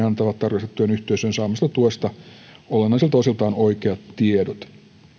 antavat tarkastettujen yhteisöjen saamasta tuesta olennaisilta osiltaan oikeat tiedot